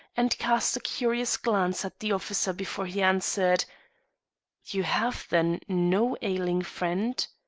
and cast a curious glance at the officer before he answered you have, then, no ailing friend?